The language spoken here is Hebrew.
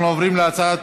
אנחנו עוברים להצעת